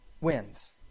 wins